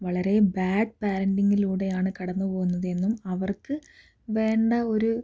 വളരെ ബാഡ് പാരൻ്റിങ്ങിലൂടെയാണ് കടന്നു പോകുന്നത് എന്നും അവർക്ക് വേണ്ട ഒരു